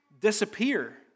disappear